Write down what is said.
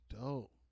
dope